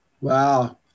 Wow